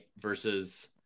versus